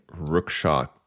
Rookshot